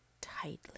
tightly